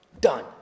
done